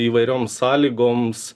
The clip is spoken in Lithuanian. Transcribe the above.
įvairioms sąlygoms